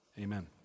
amen